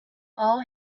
all